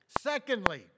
Secondly